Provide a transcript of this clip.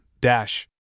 dash